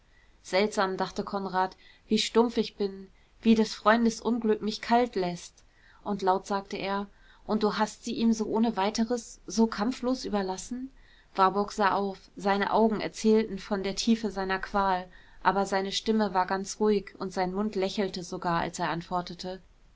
seltsam dachte konrad wie stumpf ich bin wie des freundes unglück mich kalt läßt und laut sagte er und du hast sie ihm so ohne weiteres so kampflos überlassen warburg sah auf seine augen erzählten von der tiefe seiner qual aber seine stimme war ganz ruhig und sein mund lächelte sogar als er antwortete